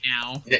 now